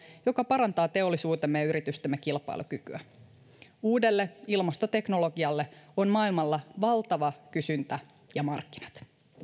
joka parantaa teollisuutemme ja yritystemme kilpailukykyä uudelle ilmastoteknologialle on maailmalla valtava kysyntä ja markkinat